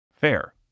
Fair